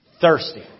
thirsty